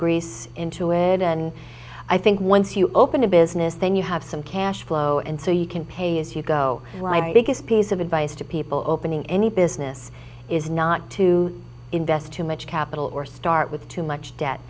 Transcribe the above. grease into it and i think once you open a business then you have some cash flow and so you can pay as you go biggest piece of advice to people opening any business is not to invest too much capital or start with too much debt